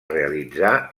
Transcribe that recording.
realitzar